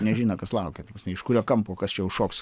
nežino kas laukia iš kurio kampo kas čia užšoks